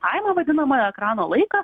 taimą vadinamą ekrano laiką